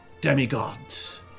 demigods